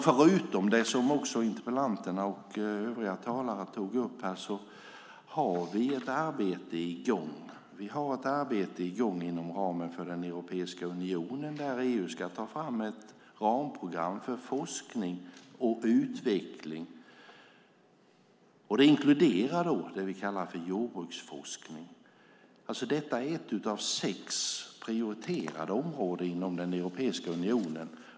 Förutom det som interpellanten och övriga talare har tagit upp har vi ett arbete i gång inom ramen för Europeiska unionen. EU ska ta fram ett ramprogram för forskning och utveckling. Det inkluderar det som vi kallar för jordbruksforskning. Detta är ett av sex prioriterade områden inom Europeiska unionen.